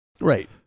Right